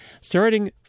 starting